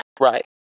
Right